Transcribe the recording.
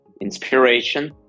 Inspiration